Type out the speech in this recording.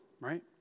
right